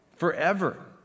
Forever